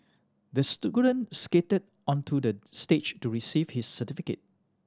the skated onto the stage to receive his certificate